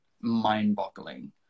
mind-boggling